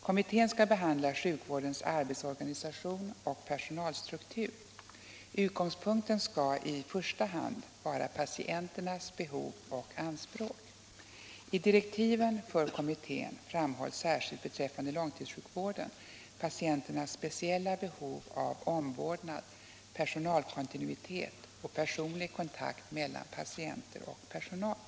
Kommittén skall behandla sjukvårdens arbetsorganisation och personalstruktur. Utgångspunkten skall i första hand vara patienternas behov och anspråk. I direktiven för kommittén framhålls särskilt beträffande långtidssjukvården patienternas speciella behov av omvårdnad, personalkontinuitet och personlig kontakt mellan patienter och personal.